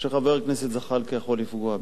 שחבר הכנסת זחאלקה יכול לפגוע בי.